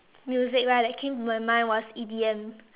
music right that came to my mind was E_D_M